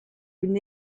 une